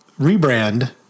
rebrand